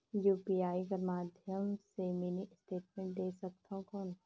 UPI कर माध्यम से मिनी स्टेटमेंट देख सकथव कौन?